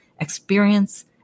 experience